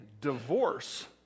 divorce